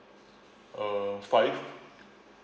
uh five